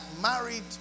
married